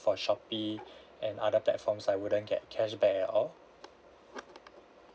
for Shopee and other platforms I wouldn't get cashback at all